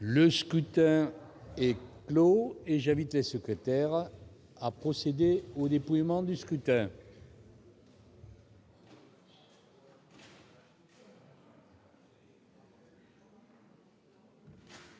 Le scrutin est clos. J'invite Mmes et MM. les secrétaires à procéder au dépouillement du scrutin.